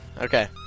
Okay